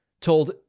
told